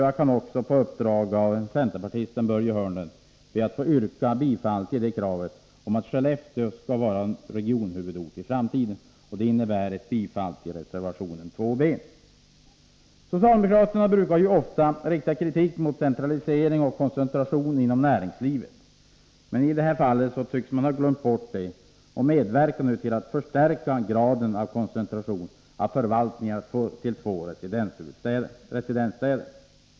Jag kan också på uppdrag av centerpartisten Börje Hörnlund be att få yrka bifall till kravet att Skellefteå skall vara regionhuvudort i framtiden. Det innebär ett bifall till reservation 2 b. Socialdemokraterna brukar ofta rikta kritik mot centralisering och koncentration inom näringslivet. I det här fallet tycks de ha glömt bort detta och medverkar nu till att förstärka graden av koncentration av förvaltningar till två residensstäder.